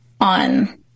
on